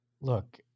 look